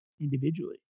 individually